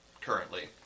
Currently